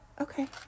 Okay